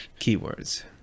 keywords